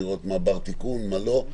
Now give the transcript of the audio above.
לראות מה בר תיקון ומה לא.